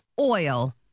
Oil